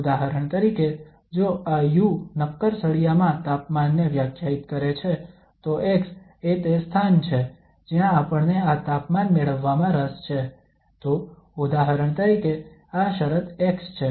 ઉદાહરણ તરીકે જો આ u નક્કર સળિયામાં તાપમાનને વ્યાખ્યાયિત કરે છે તો x એ તે સ્થાન છે જ્યાં આપણને આ તાપમાન મેળવવામાં રસ છે તો ઉદાહરણ તરીકે આ શરત x છે